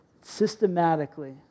systematically